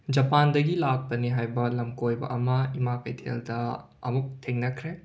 ꯖꯄꯥꯟꯗꯒꯤ ꯂꯥꯛꯄꯅꯤ ꯍꯥꯏꯕ ꯂꯝꯀꯣꯏꯕ ꯑꯃ ꯏꯃꯥ ꯀꯩꯊꯦꯜꯗ ꯑꯃꯨꯛ ꯊꯦꯡꯅꯈ꯭ꯔꯦ